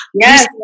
Yes